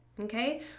Okay